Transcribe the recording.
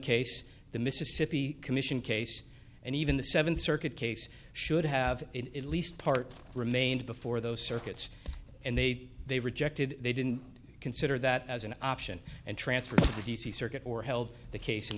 case the mississippi commission case and even the seventh circuit case should have it least part remained before those circuits and they'd they rejected they didn't consider that as an option and transferred to the d c circuit or held the case in